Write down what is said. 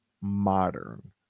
modern